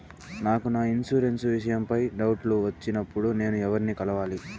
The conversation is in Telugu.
నాకు నా ఇన్సూరెన్సు విషయం పై డౌట్లు వచ్చినప్పుడు నేను ఎవర్ని కలవాలి?